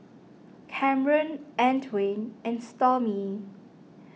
Kamron Antwain and Stormy